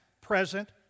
present